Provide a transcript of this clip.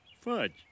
fudge